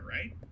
right